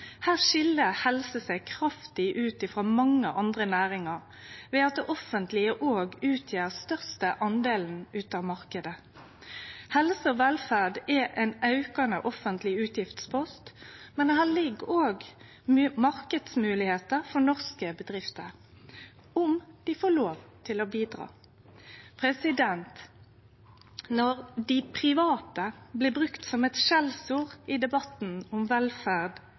Her skil helse seg kraftig ut frå mange andre næringar ved at det offentlege òg utgjer størstedelen av marknaden. Helse og velferd er ein aukande offentleg utgiftspost, men her ligg også marknadsmoglegheiter for norske bedrifter, om dei får lov til å bidra. Når «dei private» blir brukt som eit skjellsord i debatten om velferd,